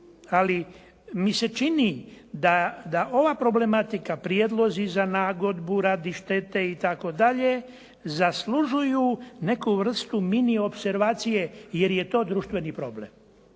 ali mi se čini da ova problematika, prijedlozi za nagodbu radi štete itd., zaslužuju neku vrstu mini opservacije jer je to društveni problem.